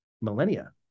millennia